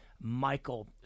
Michael